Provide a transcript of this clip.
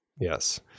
Yes